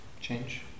Change